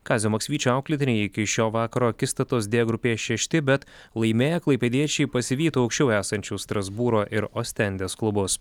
kazio maksvyčio auklėtiniai iki šio vakaro akistatos d grupėje šešti bet laimėję klaipėdiečiai pasivytų aukščiau esančių strasbūro ir ostendes klubus